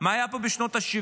מה היה פה בשנות השבעים.